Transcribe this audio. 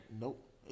Nope